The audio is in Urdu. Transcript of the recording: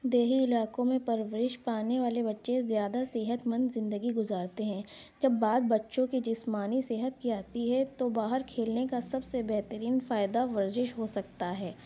دیہی علاقوں میں پرورش پانے والے بچے زیادہ صحت مند زندگی گزارتے ہیں جب بات بچوں کی جسمانی صحت کی آتی ہے تو باہر کھیلنے کا سب سے بہترین فائدہ ورزش ہو سکتا ہے